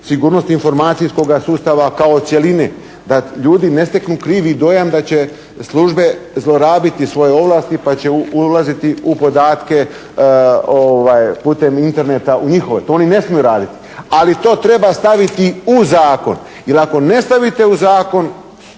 sigurnost informacijskoga sustava kao cjeline, da ljudi ne steknu krivi dojam da će službe zlorabiti svoje ovlasti pa će ulaziti u podatke putem interneta u njihove, to oni ne smiju raditi, ali to treba staviti u zakon jer ako ne stavite u zakon